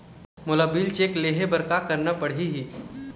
मोला bill check ले हे बर का करना पड़ही ही?